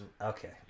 Okay